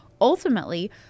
ultimately